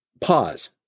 pause